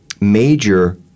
major